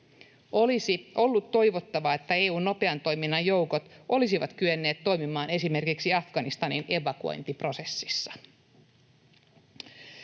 Olisi ollut toivottavaa, että EU:n nopean toiminnan joukot olisivat kyenneet toimimaan esimerkiksi Afganistanin evakuointiprosessissa.